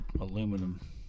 aluminum